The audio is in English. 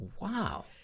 wow